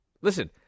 Listen